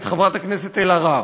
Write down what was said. את חברת הכנסת אלהרר,